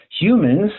Humans